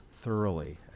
thoroughly